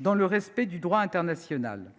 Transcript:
dans le respect du droit international.